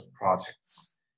projects